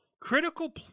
critical